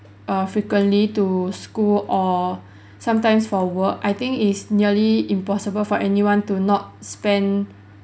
err frequently to school or sometimes for work I think it's nearly impossible for anyone to not spend